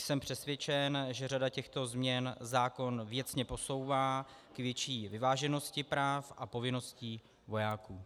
Jsem přesvědčen, že řada těchto změn zákon věcně posouvá k větší vyváženosti práv a povinností vojáků.